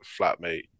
flatmate